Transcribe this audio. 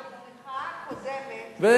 במחאה הקודמת ראש הממשלה,